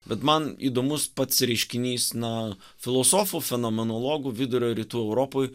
bet man įdomus pats reiškinys na filosofų fenomenologų vidurio rytų europoj